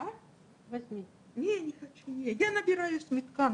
אני רואה שיש כאן